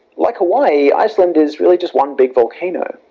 like hawaii iceland is really just one big volcano.